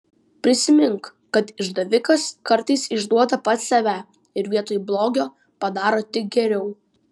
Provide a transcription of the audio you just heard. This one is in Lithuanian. prisimink kad išdavikas kartais išduoda pats save ir vietoj blogio padaro tik geriau